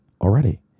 already